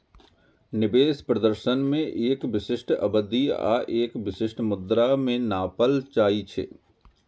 निवेश प्रदर्शन कें एक विशिष्ट अवधि आ एक विशिष्ट मुद्रा मे नापल जाइ छै